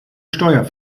steuer